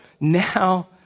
Now